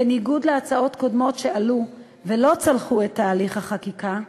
בניגוד להצעות קודמות שעלו ולא צלחו את תהליך החקיקה,